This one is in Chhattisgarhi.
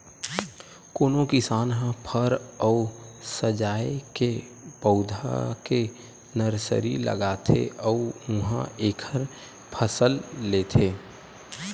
कोनो किसान ह फर अउ सजाए के पउधा के नरसरी लगाथे अउ उहां एखर फसल लेथे